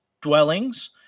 dwellings